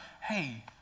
hey